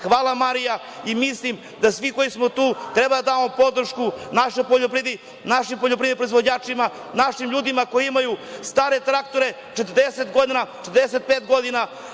Hvala Marija, i mislim da svi koji smo tu treba da damo podršku našoj poljoprivredi, našim poljoprivrednim proizvođačima, našim ljudima koji imaju stare traktore 40 godina, 45 godina.